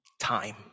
time